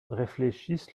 réfléchissent